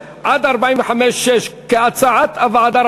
(5) עד 45(6), כהצעת הוועדה.